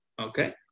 Okay